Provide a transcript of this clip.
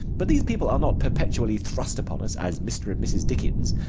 but these people are not perpetually thrust upon us as mr. and mrs. dickens.